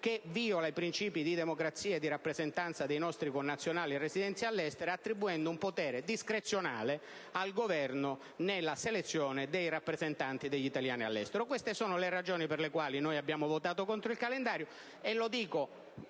che viola i principi di democrazia e di rappresentanza dei nostri connazionali residenti all'estero attribuendo un potere discrezionale al Governo nella selezione dei rappresentanti degli italiani all'estero. Queste sono le ragioni per le quali abbiamo votato contro il calendario e - lo dico